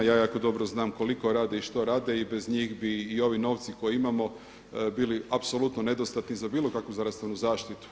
Ja jako dobro znam koliko rade i što rade i bez njih bi i ovi novci koje imamo bili apsolutno nedostatni za bilo kakvu zdravstvenu zaštitu.